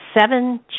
seven